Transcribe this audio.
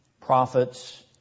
prophets